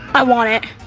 i want it.